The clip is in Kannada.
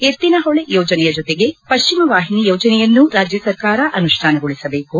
ಎತ್ತಿನ ಹೊಳೆ ಯೋಜನೆಯ ಜೊತೆಗೆ ಪಶ್ಚಿಮ ವಾಹಿನಿ ಯೋಜನೆಯನ್ನೂ ರಾಜ್ಯಸರ್ಕಾರ ಅನುಷ್ಠಾನಗೊಳಿಸಬೇಕು